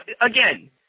again